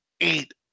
eight